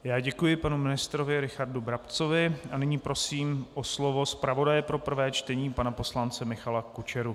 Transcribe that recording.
Já děkuji panu ministrovi Richardu Brabcovi a nyní prosím o slovo zpravodaje pro prvé čtení pana poslance Michala Kučeru.